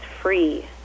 free